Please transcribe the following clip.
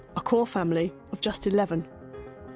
a core family of just eleven.